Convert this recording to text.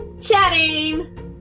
chatting